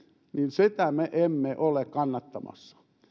me emme ole kannattamassa